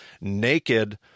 naked